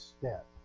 step